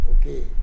okay